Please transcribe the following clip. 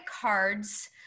cards